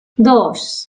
dos